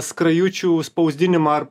skrajučių spausdinimą ar